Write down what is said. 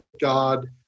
God